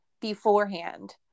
beforehand